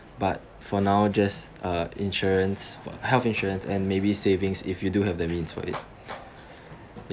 but for now just uh insurance health insurance and maybe savings if you do have the means for it ya